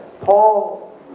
Paul